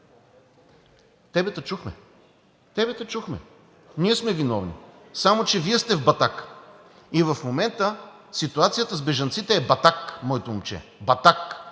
Теб те чухме. Теб те чухме! Ние сме виновни. Само че Вие сте в батака. В момента ситуацията с бежанците е батак, моето момче. Батак!